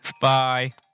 Bye